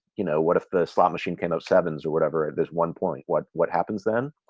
you know, what if the slot machine kind of sevens or whatever at one point? what what happens then?